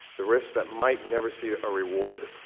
the risk that might never see a reward,